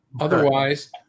otherwise